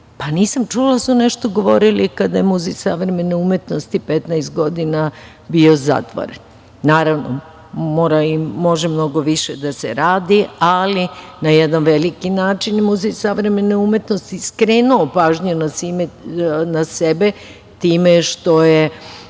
Pa, nisam čula da su nešto govorili kada je Muzej savremene umetnosti 15 godina bio zatvoren? Naravno, može mnogo više da se radi, ali na jedan veliki način Muzej savremene umetnosti skrenuo je pažnju na sebe time što je